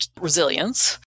resilience